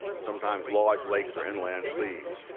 sometimes large lakes or inland seas,